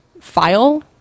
file